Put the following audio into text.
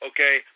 Okay